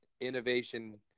innovation